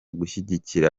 gushyigikira